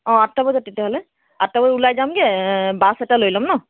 অঁ আঠটা বজাত তেতিয়াহ'লে আঠটা বজাত ওলাই যামগৈ বাছ এটা লৈ ল'ম ন